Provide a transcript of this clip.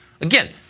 Again